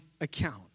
account